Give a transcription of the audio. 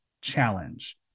challenge